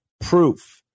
proof